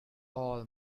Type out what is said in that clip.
all